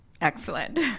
Excellent